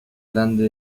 grande